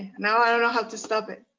now i don't know how to stop it.